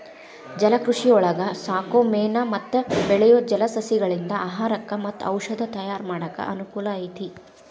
ಜಲಕೃಷಿಯೊಳಗ ಸಾಕೋ ಮೇನು ಮತ್ತ ಬೆಳಿಯೋ ಜಲಸಸಿಗಳಿಂದ ಆಹಾರಕ್ಕ್ ಮತ್ತ ಔಷದ ತಯಾರ್ ಮಾಡಾಕ ಅನಕೂಲ ಐತಿ